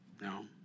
No